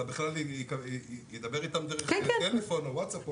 אלא בכלל ידבר איתם דרך טלפון או ווטסאפ.